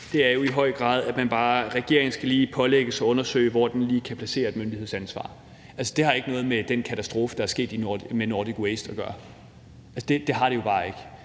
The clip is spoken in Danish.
er jo i høj grad, at man bare lige skal pålægge regeringen at undersøge, hvor den kan placere et myndighedsansvar. Det har ikke noget med den katastrofe, der er sket med Nordic Waste at gøre. Det har det jo bare ikke.